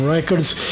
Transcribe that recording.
Records